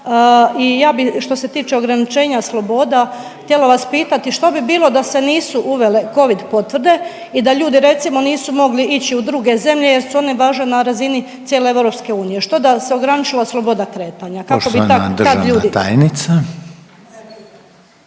I ja bi što se tiče ograničenja sloboda htjela vas pitati, što bi bilo da se nisu uvele covid potvrde i da ljudi recimo nisu mogli ići u druge zemlje jer su one važile na razini cijele EU, što da se ograničila sloboda kretanja…